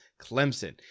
Clemson